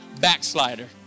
backslider